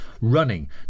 running